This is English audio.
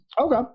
Okay